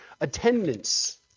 attendance